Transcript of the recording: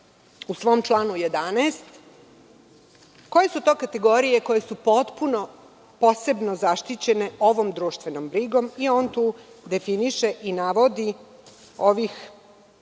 u svom članu 11. koje su to kategorije koje su posebno zaštićene ovom društvenom brigom. On tu definiše i navodi ovih